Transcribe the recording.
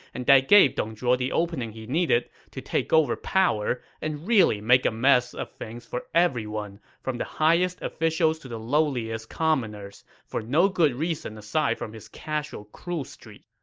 and that gave dong zhuo the opening he needed to take over power and really make a mess of things for everyone, from the highest officials to the lowliest commoners, for no good reason aside from his casual cruel streak.